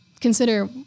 consider